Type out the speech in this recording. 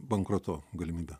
bankroto galimybę